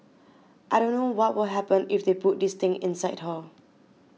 I don't know what will happen if they put this thing inside her